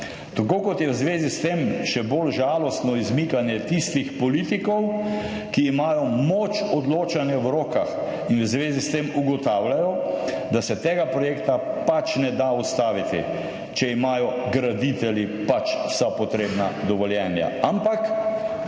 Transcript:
Tako kot je v zvezi s tem še bolj žalostno izmikanje tistih politikov, ki imajo moč odločanja v rokah in v zvezi s tem ugotavljajo, da se tega projekta pač ne da ustaviti, če imajo graditelji pač vsa potrebna dovoljenja.